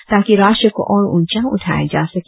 ताकि राष्ट्र को ओर उँचा उठाया जा सके